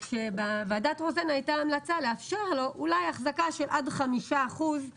בוועדת רוזן הייתה המלצה לאפשר לו אולי אחזקה של עד חמישה אחוזים